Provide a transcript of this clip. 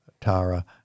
Tara